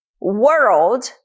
world